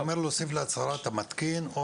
אתה אומר להוסיף להצהרה את המתקין.